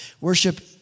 worship